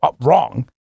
wrong